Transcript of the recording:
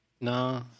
No